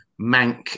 Mank